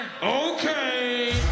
Okay